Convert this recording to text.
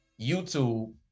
youtube